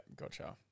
gotcha